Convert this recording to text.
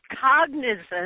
cognizant